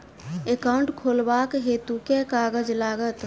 Account खोलाबक हेतु केँ कागज लागत?